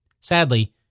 Sadly